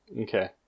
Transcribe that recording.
Okay